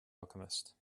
alchemist